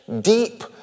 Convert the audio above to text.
deep